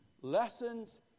lessons